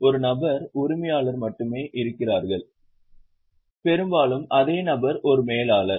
ஒரு நபர் உரிமையாளர் மட்டுமே இருக்கிறார் பெரும்பாலும் அதே நபர் ஒரு மேலாளர்